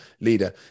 leader